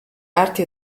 arti